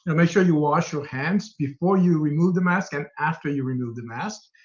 and make sure you wash your hands before you remove the mask and after you remove the mask,